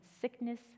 sickness